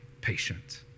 patient